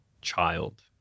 child